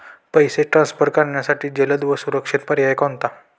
पैसे ट्रान्सफर करण्यासाठी जलद व सुरक्षित पर्याय कोणता?